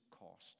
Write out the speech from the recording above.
cost